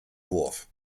wurf